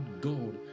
god